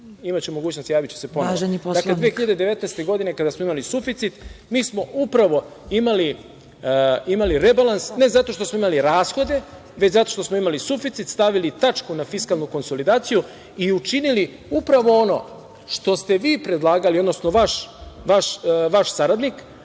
je Poslovnik. **Đorđe Milićević** Godine 2019. kada smo imali suficit, mi smo upravo imali rebalans, ne zato što smo imali rashode, već zato što smo imali suficit, stavili tačku na fiskalnu konsolidaciju i učinili upravo ono što ste vi predlagali, odnosno vaš saradnik